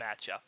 matchup